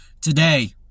today